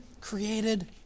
created